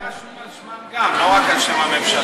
שזה יהיה רשום על שמם גם, לא רק על שם הממשלה.